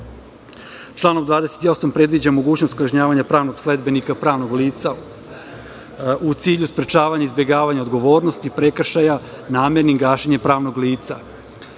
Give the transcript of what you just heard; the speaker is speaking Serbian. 28. predviđa se mogućnost kažnjavanja pravnog sledbenika pravnog lica u cilju sprečavanja izbegavanja odgovornosti prekršaja namernim gašenjem pravnog